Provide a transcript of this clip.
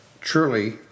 truly